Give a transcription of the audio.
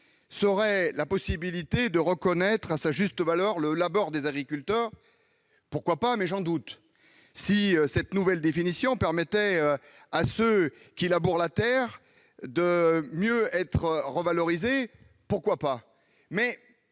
était un moyen de reconnaître à sa juste valeur le labeur des agriculteurs, pourquoi pas ? Si cette nouvelle définition permettait à ceux qui labourent la terre d'être revalorisés, pourquoi pas ?